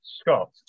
Scott